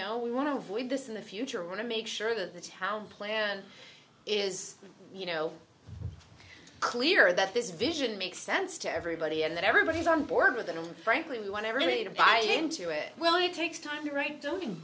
know we want to avoid this in the future want to make sure that the town plan is you know clear that this vision makes sense to everybody and that everybody is on board with and frankly we want everybody to buy into it well it takes time to write doping